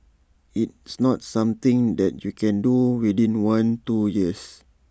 it's not something that you can do within one two years